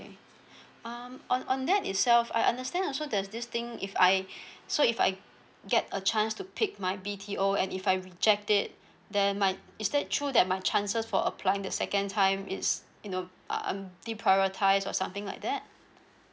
um on on that itself I understand also there's this thing if I so if I get a chance to pick my B_T_O and if I reject it then my is that true that my chances for applying the second time is you know um deprioritize or something like that